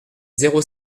zéro